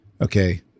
okay